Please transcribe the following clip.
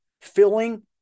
filling